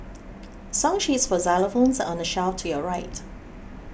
song sheets for xylophones on the shelf to your right